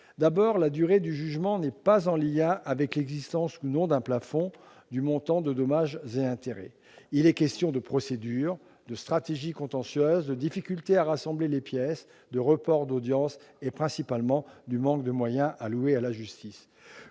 D'abord, la durée du jugement n'est pas en lien avec l'existence ou non d'un plafond du montant de dommages et intérêts. Il est question de procédure, de stratégie contentieuse, de difficulté à rassembler les pièces, de report d'audiences, et principalement du manque de moyens alloués à la justice.